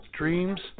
dreams